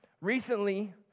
Recently